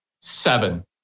seven